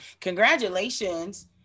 Congratulations